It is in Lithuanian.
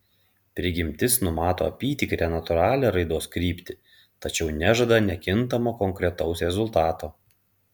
prigimtis numato apytikrę natūralią raidos kryptį tačiau nežada nekintamo konkretaus rezultato